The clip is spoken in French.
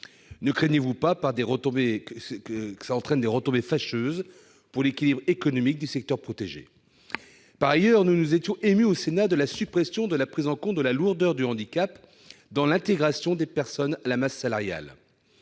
Ne craignez-vous pas qu'une telle mesure provoque des retombées fâcheuses pour l'équilibre économique du secteur protégé ? Par ailleurs, nous nous étions émus, au Sénat, de la suppression de la prise en compte de la lourdeur du handicap dans l'intégration des personnes à la masse salariale.